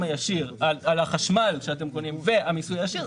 הישיר על החשמל שאתם קונים והמיסוי הישיר,